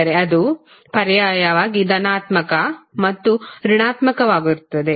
ಅಂದರೆ ಅದು ಪರ್ಯಾಯವಾಗಿ ಧನಾತ್ಮಕ ಮತ್ತು ಋಣಾತ್ಮಕವಾಗುತ್ತದೆ